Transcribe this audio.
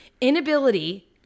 Inability